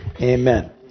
Amen